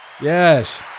Yes